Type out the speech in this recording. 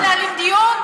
ככה מנהלים דיון?